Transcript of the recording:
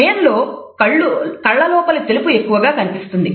భయంలో కళ్ళలోపలి తెలుపు ఎక్కువగా కనిపిస్తుంది